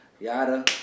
Yada